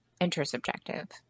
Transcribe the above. intersubjective